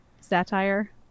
satire